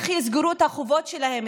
איך יחזירו את החובות שלהם,